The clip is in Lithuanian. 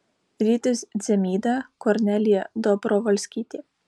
rytis dzemyda kornelija dobrovolskytė